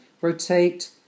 rotate